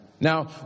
Now